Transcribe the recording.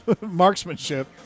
marksmanship